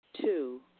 Two